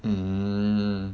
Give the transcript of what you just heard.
mm